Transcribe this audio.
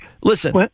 listen